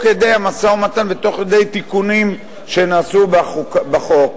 כדי המשא-ומתן ותוך כדי תיקונים שנעשו בחוק,